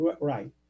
Right